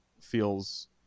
feels